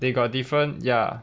they got different ya